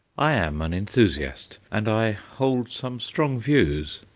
i am an enthusiast, and i hold some strong views,